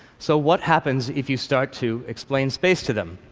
so what happens if you start to explain space to them?